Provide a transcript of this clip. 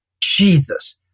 Jesus